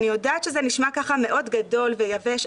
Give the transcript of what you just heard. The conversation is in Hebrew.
אני יודעת שזה נשמע ככה מאוד גדול ויבש,